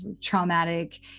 traumatic